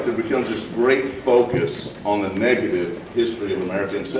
it becomes this great focus on the negative history of america.